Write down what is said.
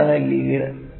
എന്താണ് ലീഡ്